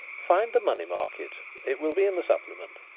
find the money market it will be in the supplement.